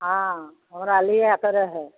हॅं हमरा लियैके रहै